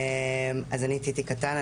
אני טיטי קטן,